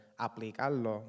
aplicarlo